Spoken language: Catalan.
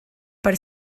per